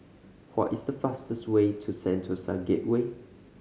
what is the fastest way to Sentosa Gateway